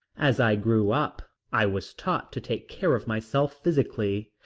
as i grew up i was taught to take care of myself physically,